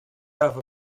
have